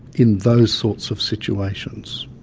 in those sorts of situations.